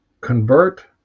convert